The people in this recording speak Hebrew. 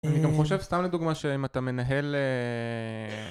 אני גם חושב סתם לדוגמה שאם אתה מנהל אההההההההההההה